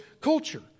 culture